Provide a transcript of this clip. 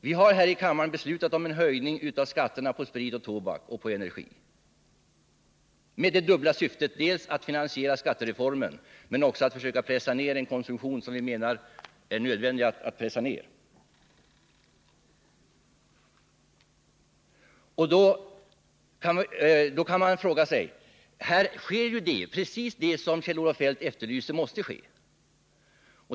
Vi har här i kammaren beslutat om en höjning av skatterna på sprit, tobak och energi med det dubbla syftet att finansiera skattereformen och att pressa ned en konsumtion som vi menar att det är nödvändigt att pressa ned. Här sker alltså precis det som Kjell-Olof Feldt säger måste ske.